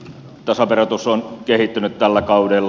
tasaverotus on kehittynyt tällä kaudella